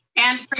and for